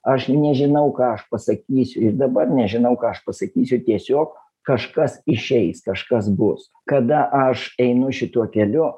aš nežinau ką aš pasakysiu ir dabar nežinau ką aš pasakysiu tiesiog kažkas išeis kažkas bus kada aš einu šituo keliu